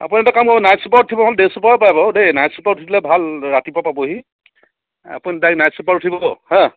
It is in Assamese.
আপুনি এটা কাম কৰক নাইট চুপাৰ উঠিব হ'ল ডে চুপাৰও পাব দেই নাইট চুপাৰ উঠিলে ভাল ৰাতিপুৱা পাবহি আপুনি ডাইৰেক্ট নাইট চুপাৰ উঠিব হাঁ